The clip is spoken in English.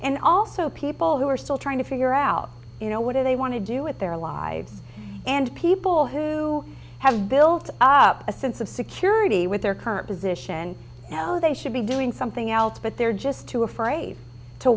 and also people who are still trying to figure out you know what do they want to do with their lives and people who have built up a sense of security with their current position you know they should be doing something else but they're just too afraid to